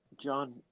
John